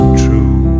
true